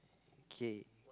okay